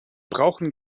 brauchen